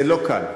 זה לא קל,